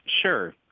Sure